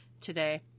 today